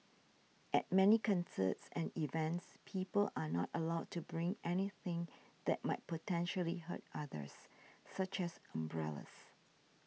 at many concerts and events people are not allowed to bring anything that might potentially hurt others such as umbrellas